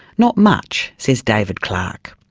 not much says david clark.